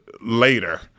later